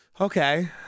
Okay